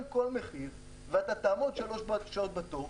כל מחיר ואתה תעמוד שלוש שעות בתור.